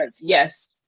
yes